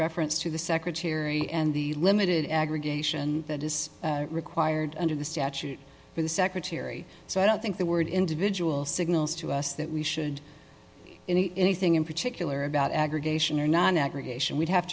reference to the secretary and the limited aggregation that is required under the statute for the secretary so i don't think the word individual signals to us that we should anything in particular about aggregation are not an aggregation we'd have